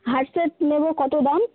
হার set নেবো কত দাম